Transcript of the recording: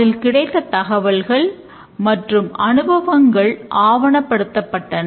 அதில் கிடைத்த தகவல்கள் மற்றும் அனுபவங்கள் ஆவணப்படுத்தப்பட்டன